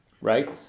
right